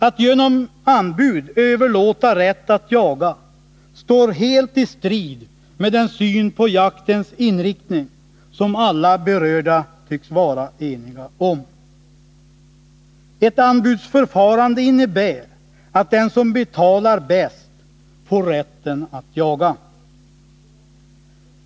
Att genom anbud överlåta rätt att jaga står helt i strid med den syn på jaktens inriktning som alla berörda tycks vara eniga om. Ett anbudsförfarande innebär att den som betalar bäst får rätten att jaga.